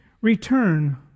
return